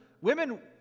Women